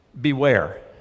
beware